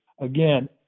Again